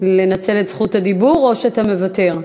לנצל את זכות הדיבור או שאתה מוותר?